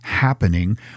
Happening